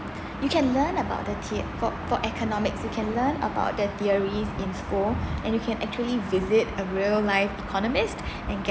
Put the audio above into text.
you can learn about the theo~ for for economic you can learn about the theories in school and you can actually visit a real life economist and get